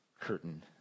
curtain